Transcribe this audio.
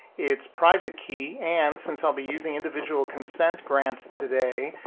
it's private key, and since i'll be using individual consent grants today,